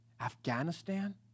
Afghanistan